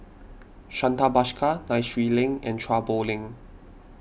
Santha Bhaskar Nai Swee Leng and Chua Poh Leng